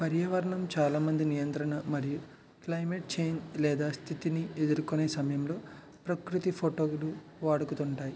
పర్యావరణం చాలా మందిని నియంత్రణ మరియు క్లయిమెట్ చేంజ్ లేదా స్థితిని ఎదురుకొనే సమయంలో ప్రకృతి ఫోటోలు వాడుకతో ఉంటాయి